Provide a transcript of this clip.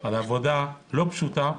על עבודה לא פשוטה.